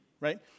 right